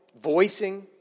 voicing